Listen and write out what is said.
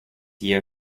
year